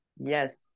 Yes